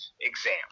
exam